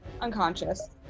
unconscious